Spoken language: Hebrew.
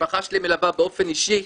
המשפחה שלי מלווה באופן אישי,